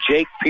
Jake